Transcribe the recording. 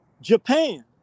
Japan